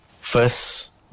First